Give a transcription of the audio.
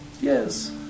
Yes